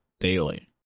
daily